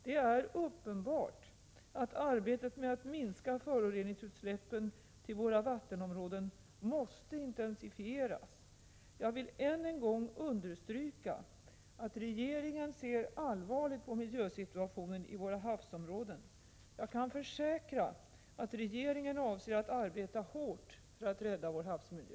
Det är uppenbart att arbetet med att minska föroreningsutsläppen till våra vattenområden måste intensifieras. Jag vill än en gång understryka att regeringen ser allvarligt på miljösituationen i våra havsområden. Jag kan försäkra att regeringen avser att arbeta hårt för att rädda vår havsmiljö.